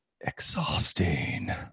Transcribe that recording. Exhausting